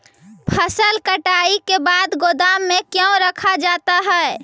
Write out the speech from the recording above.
फसल कटाई के बाद गोदाम में क्यों रखा जाता है?